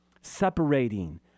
Separating